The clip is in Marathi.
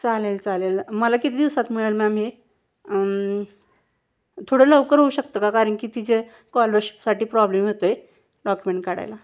चालेल चालेल मला किती दिवसात मिळेल मॅम हे थोडं लवकर होऊ शकतं का कारण की तिचे कॉलरशिपसाठी प्रॉब्लेम येतो आहे डॉक्युमेंट काढायला